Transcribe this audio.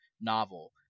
novel